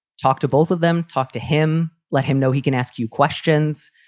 talk to both of them, talk to him, let him know he can ask you questions,